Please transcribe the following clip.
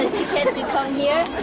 come here,